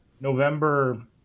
November